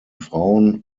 frauen